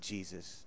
Jesus